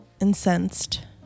incensed